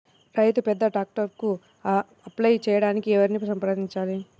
రైతు పెద్ద ట్రాక్టర్కు అప్లై చేయడానికి ఎవరిని సంప్రదించాలి?